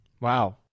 Wow